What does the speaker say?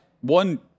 one